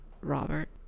Robert